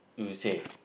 you say